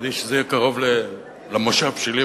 כדי שזה יהיה קרוב למושב שלי,